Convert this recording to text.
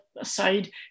aside